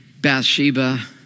Bathsheba